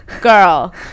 girl